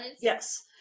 yes